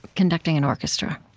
conducting an orchestra,